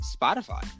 Spotify